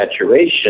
saturation